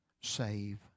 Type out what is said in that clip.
Save